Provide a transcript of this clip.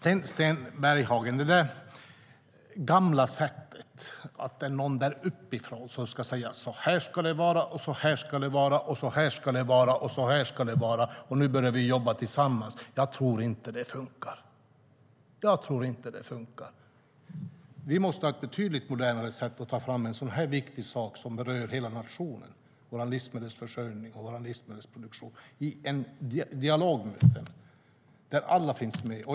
Därefter ska jag vända mig till Sten Bergheden. Det gamla sättet, att det är någon som där uppifrån ska säga hur det ska vara och att vi nu ska börja jobba tillsammans, tror jag inte funkar. Vi måste ha ett betydligt modernare sätt att ta fram något så viktigt som berör hela nationen, nämligen vår livsmedelsförsörjning och vår livsmedelsproduktion. Det måste ske i en dialog där alla finns med.